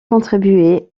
contribué